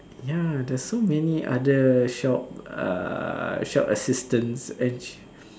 ya there's so many other shop uh shop assistants and